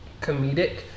comedic